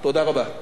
תודה רבה, אדוני.